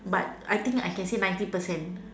but I think I can say ninety percent